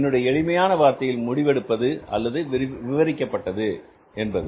என்னுடைய எளிமையான வார்த்தையில் முடிவெடுக்கப்பட்டது அல்லது விவரிக்கப்பட்டது என்பது